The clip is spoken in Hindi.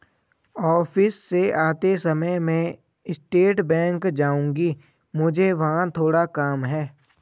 ऑफिस से आते समय मैं स्टेट बैंक जाऊँगी, मुझे वहाँ थोड़ा काम है